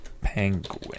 Penguin